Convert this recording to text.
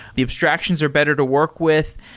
the abstractions are better to work with.